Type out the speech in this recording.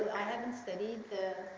i haven't studied the